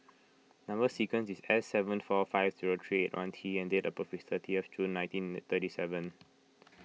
Number Sequence is S seven four five zero three T and date of birth is thirty F June nineteen thirty seven